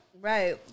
Right